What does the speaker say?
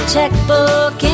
Checkbook